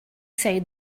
say